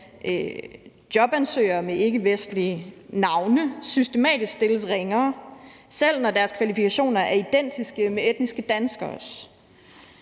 at jobansøgere med ikkevestlige navne systematisk stilles ringere, selv når deres kvalifikationer er identiske med etniske danskeres,